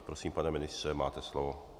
Prosím, pane ministře, máte slovo.